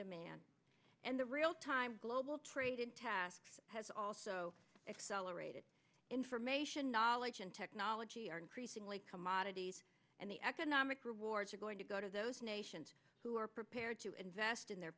demand and the realtime global trading tasks has also accelerated information knowledge and technology are increasingly commodities and the economic rewards are going to go to those nations who are prepared to invest in their